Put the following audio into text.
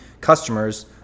customers